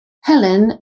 helen